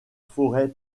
forêt